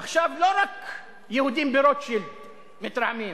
עכשיו, לא רק יהודים ברוטשילד מתרעמים.